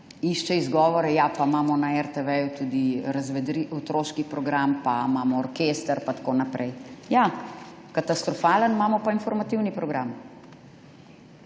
išče izgovore, ja, pa imamo na RTV tudi otroški program pa imamo orkester in tako naprej. Ja, katastrofalen imamo pa informativni program,